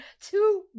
Two